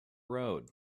road